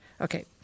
Okay